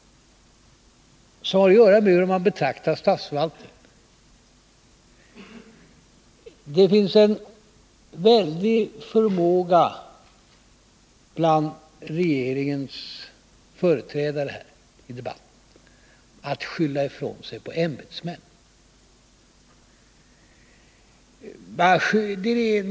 Den har att göra med hur man betraktar statsförvaltningen. Det finns en väldig förmåga bland regeringens företrädare här i debatten att skylla ifrån sig på ämbetsmän.